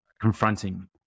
confronting